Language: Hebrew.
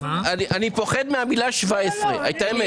אני פוחד מהמילה 17, זו האמת.